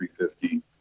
350